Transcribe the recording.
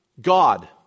God